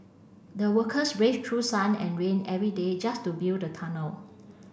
the workers braved through sun and rain every day just to build the tunnel